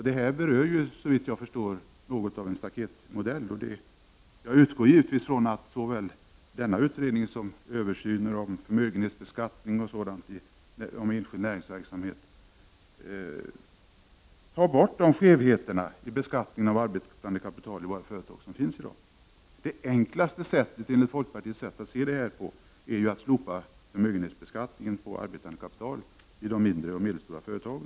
Där berörs, såvitt jag förstår, frågor om staketmodellen. Jag utgår givetvis från att såväl denna utredning som översynen av förmögenhetsbeskattningen i enskild näringsverksamhet tar bort de skevheter som i dag finns i beskattningen av arbetande kapital i våra företag. Det enklaste sättet enligt folkpartiets sätt att se är att slopa förmögenhets — Prot. 1989/90:21 beskattningen av arbetande kapital i de mindre och medelstora företagen.